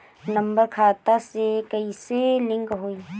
Number खाता से कईसे लिंक होई?